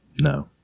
No